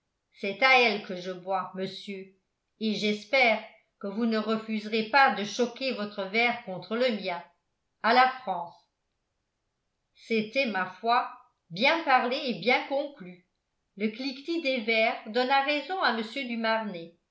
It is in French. c'est à elle que je bois monsieur et j'espère que vous ne refuserez pas de choquer votre verre contre le mien à la france c'était ma foi bien parlé et bien conclu le cliquetis des verres donna raison à